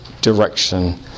direction